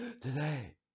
today